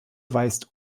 weist